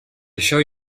això